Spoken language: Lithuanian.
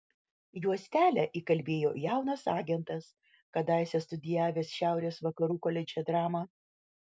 juostelę įkalbėjo jaunas agentas kadaise studijavęs šiaurės vakarų koledže dramą